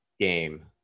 game